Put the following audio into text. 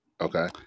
Okay